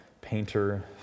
painter